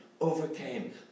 overcame